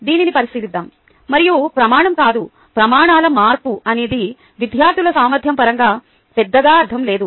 దీనిని పరిశీలిద్దాం మరియు ప్రమాణం కాదు ప్రమాణాల మార్పు అనేది విద్యార్థుల సామర్థ్యం పరంగా పెద్దగా అర్థం లేదు